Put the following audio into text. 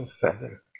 feather